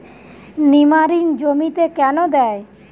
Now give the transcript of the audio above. নিমারিন জমিতে কেন দেয়?